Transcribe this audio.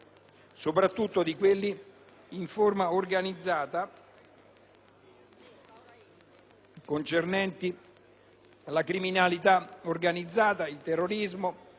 soprattutto di quelli in forma organizzata, concernenti la criminalità organizzata, il terrorismo,